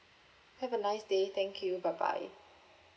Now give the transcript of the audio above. have a nice day thank you bye bye